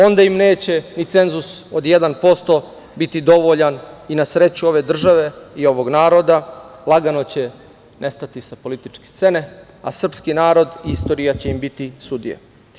Onda im neće ni cenzus od 1% biti dovoljan i na sreću ove države i ovog naroda, lagano će nestati sa političke scene, a srpski narod i istorija će im biti sudija.